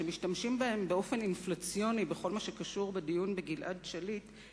שמשתמשים בהם באופן אינפלציוני בכל מה שקשור בדיון על גלעד שליט,